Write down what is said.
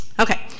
Okay